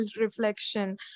reflection